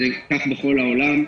כך בכל העולם.